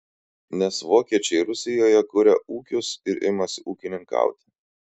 nes vokiečiai rusijoje kuria ūkius ir imasi ūkininkauti